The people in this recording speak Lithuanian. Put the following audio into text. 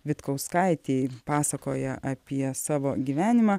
vitkauskaitei pasakoja apie savo gyvenimą